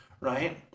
right